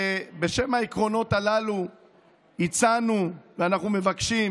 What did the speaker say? בשם העקרונות הללו הצענו ואנחנו מבקשים,